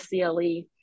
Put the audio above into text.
CLE